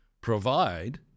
provide